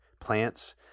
plants